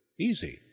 Easy